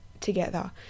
together